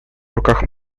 руках